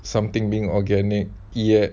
something being organic yet